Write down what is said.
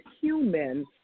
human